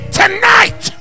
tonight